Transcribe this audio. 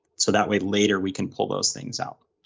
so that way, later we can pull those things out.